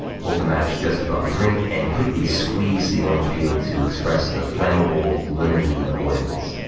hold the match just above the drink, and quickly squeeze the orange peel to express the flammable limonene oils.